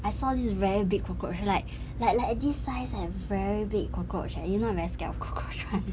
I saw this very big cockroach like like like at this size eh very big cockroach eh you know I'm very scared of cockroach [one]